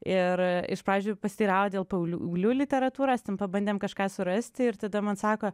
ir iš pradžių pasiteiravo dėl paauglių literatūros ten pabandėm kažką surasti ir tada man sako